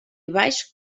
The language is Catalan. baix